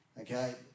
Okay